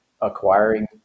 acquiring